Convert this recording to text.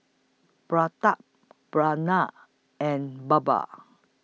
Pratap Pranav and Baba